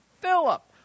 Philip